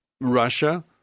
Russia